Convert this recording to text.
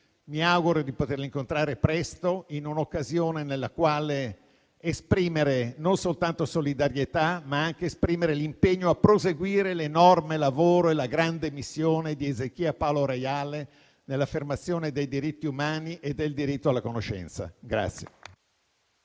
Mi auguro di poterli incontrare presto, in un'occasione nella quale esprimere non soltanto solidarietà, ma anche l'impegno a proseguire l'enorme lavoro e la grande missione di Ezechia Paolo Reale nell'affermazione dei diritti umani e del diritto alla conoscenza.